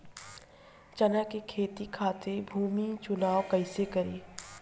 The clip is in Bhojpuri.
चना के खेती खातिर भूमी चुनाव कईसे करी?